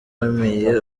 wemeye